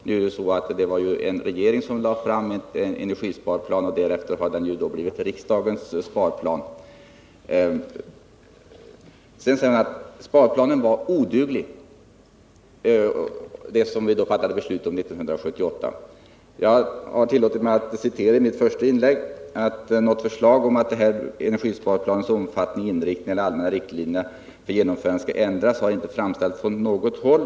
Nu är det så att det var en regering som lade fram en energisparplan, och därefter har den blivit Birgitta Dahl säger att sparplanen, som vi fattade beslut om 1978, var oduglig. Jag har tillåtit mig att i mitt första inlägg anföra ett citat: Något förslag om att energisparplanens omfattning, inriktning eller de allmänna riktlinjerna för genomförandet skall ändras har inte framställts från något håll.